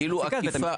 לפסיקת בית המשפט.